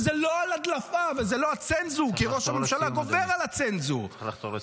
וזה לא על הדלפה וזה לא הצנזור -- צריך לחתור לסיום,